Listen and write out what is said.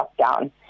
lockdown